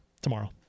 tomorrow